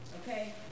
Okay